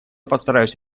постараюсь